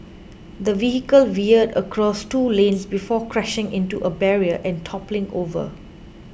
the vehicle veered across two lanes before crashing into a barrier and toppling over